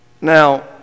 Now